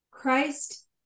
Christ